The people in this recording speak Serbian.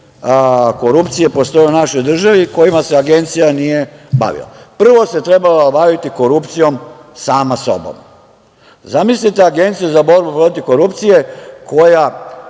korupcije postoje u našoj državi kojima se Agencija nije bavila. Prvo se trebala baviti korupcijom sama sobom. Zamislite Agenciju za borbu protiv korupcije koja